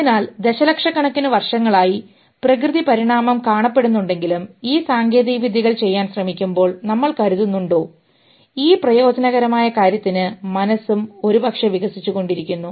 അതിനാൽ ദശലക്ഷക്കണക്കിന് വർഷങ്ങളായി പ്രകൃതി പരിണാമം കാണപ്പെടുന്നുണ്ടെങ്കിലും ഈ സാങ്കേതികവിദ്യകൾ ചെയ്യാൻ ശ്രമിക്കുമ്പോൾ നമ്മൾ കരുതുന്നുണ്ടോ ഈ പ്രയോജനകരമായ കാര്യത്തിന് മനസ്സും ഒരുപക്ഷേ വികസിച്ചുകൊണ്ടിരിക്കുന്നു